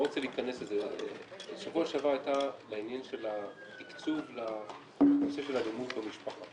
בשבוע שעבר עלה עניין התקצוב לנושא אלימות במשפחה